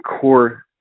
core